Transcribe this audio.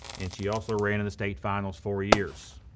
and she also ran in the state finals four years.